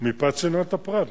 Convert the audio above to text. מפאת צנעת הפרט.